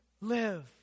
live